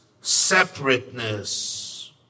separateness